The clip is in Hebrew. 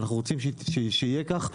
אנחנו רוצים שיהיה כך,